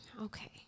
Okay